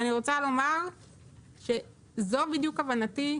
אני רוצה לומר שזו בדיוק כוונתי,